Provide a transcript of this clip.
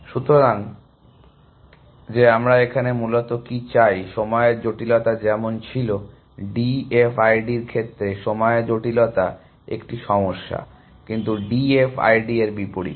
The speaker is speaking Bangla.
সুতরাং যে আমরা এখানে মূলত কি চাই সময়ের জটিলতা যেমন ছিল DFID এর ক্ষেত্রে সময় জটিলতা একটি সমস্যা কিন্তু DFI D এর বিপরীতে